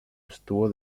estuvo